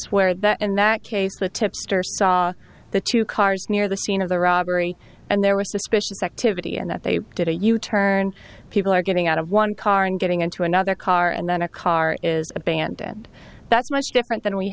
where that in that case with tipster saw the two cars near the scene of the robbery and there was suspicious activity and that they did a u turn people are getting out of one car and getting into another car and then a car is abandoned that's much different than we